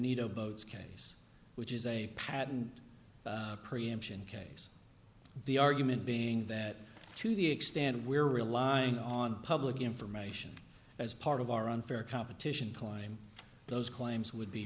benito boats case which is a patent preemption case the argument being that to the extent we're relying on public information as part of our unfair competition climb those claims would be